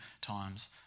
times